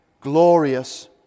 glorious